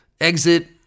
exit